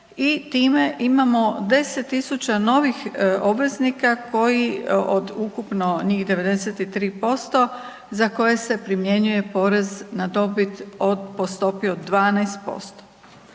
i time imamo 10.000 novih obveznika koji od ukupno njih 93% za koje se primjenjuje poreza na dobit po stopi od 12%.